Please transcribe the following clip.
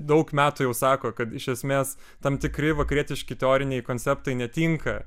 daug metų jau sako kad iš esmės tam tikri vakarietiški teoriniai konceptai netinka